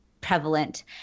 prevalent